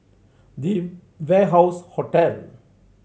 The Warehouse Hotel